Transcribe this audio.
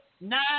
nine